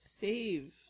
save